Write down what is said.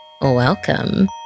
welcome